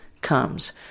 comes